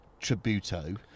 Tributo